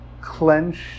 clenched